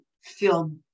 feel